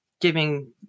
giving